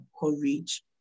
courage